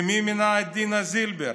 ומי מינה את דינה זילבר?